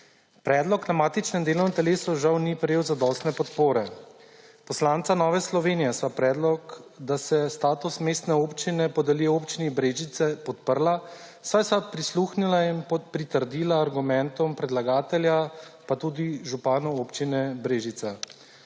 Predlog na matičnem delovnem telesu, žal, ni prejel zadostne podpore. Poslanca Nove Slovenije sva predlog, da se status mestne občine podeli Občini Brežice, podprla, saj sva prisluhnila in pritrdila argumentom predlagatelja, pa tudi županu Občine Brežice.